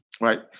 Right